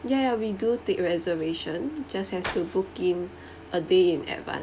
ya ya we do take reservation just has to book in a day in advance